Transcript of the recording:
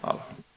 Hvala.